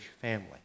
family